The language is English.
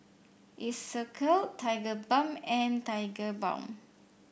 Isocal Tigerbalm and Tigerbalm